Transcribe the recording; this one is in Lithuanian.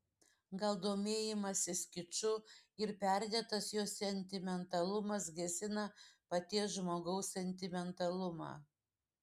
gal domėjimasis kiču ir perdėtas jo sentimentalumas gesina paties žmogaus sentimentalumą